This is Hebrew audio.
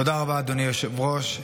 תודה רבה, אדוני היושב-ראש.